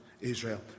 Israel